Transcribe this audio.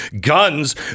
guns